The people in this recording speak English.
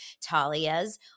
Talia's